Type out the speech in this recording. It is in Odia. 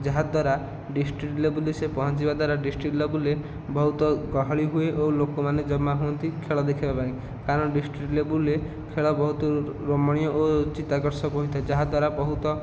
ଯାହାଦ୍ୱାରା ଡିଷ୍ଟ୍ରିକ୍ଟ ଲେବୁଲ ରେ ସେ ପହଞ୍ଚିବା ଦ୍ଵାରା ଡିଷ୍ଟ୍ରିକ୍ଟ ଲେବୁଲ ରେ ବହୁତ ଗହଳି ହୁଏ ଓ ଲୋକମାନେ ଜମା ହୁଅନ୍ତି ଖେଳ ଦେଖିବା ପାଇଁ କାରଣ ଡିଷ୍ଟ୍ରିକ୍ଟ ଲେବୁଲ ରେ ଖେଳ ବହୁତ ରମଣୀୟ ଓ ଚିତାକର୍ଷକ ହୋଇଥାଏ ଯାହାଦ୍ୱାରା ବହୁତ